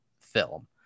film